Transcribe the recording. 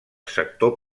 sector